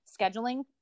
scheduling